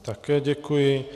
Také děkuji.